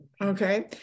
Okay